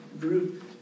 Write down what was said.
group